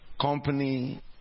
company